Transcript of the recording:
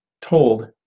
told